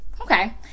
Okay